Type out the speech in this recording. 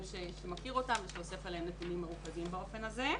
שמכיר אותם ושאוסף עליהם נתונים מרוכזים באופן הזה.